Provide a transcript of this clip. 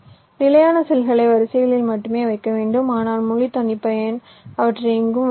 நிலையான செல்களை வரிசைகளில் மட்டுமே வைக்க முடியும் ஆனால் முழு தனிப்பயன் அவற்றை எங்கும் வைக்கலாம்